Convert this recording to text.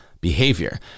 behavior